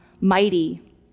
mighty